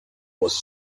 was